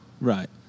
Right